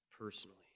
personally